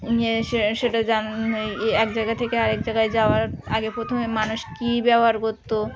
নিয়ে সে সেটা জান এ ইয়ে এক জায়গা থেকে আরেক জায়গায় যাওয়ার আগে প্রথমে মানুষ কী ব্যবহার করতো